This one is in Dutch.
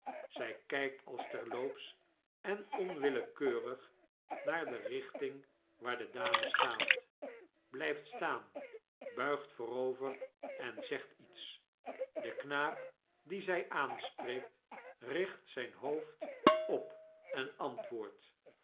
zij kijkt als terloops en onwillekeurig naar de richting waar de dame staat blijft staan buigt vooroveren zegt iets de knaap dien zij aanspreekt richt zyn hoofd op en antwoordt